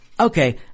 Okay